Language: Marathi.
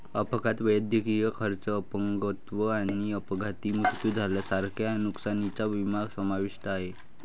अपघात, वैद्यकीय खर्च, अपंगत्व किंवा अपघाती मृत्यू यांसारख्या नुकसानीचा विमा समाविष्ट आहे